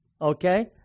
Okay